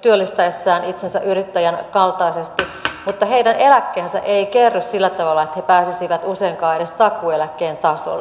työllistäessään itsensä yrittäjän kaltaisesti mutta heidän eläkkeensä ei kerry sillä tavalla että he pääsisivät useinkaan edes takuueläkkeen tasolle